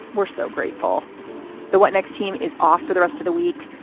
we're so grateful the what next team is off for the rest of the week.